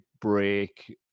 break